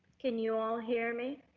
can you all hear me?